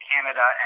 Canada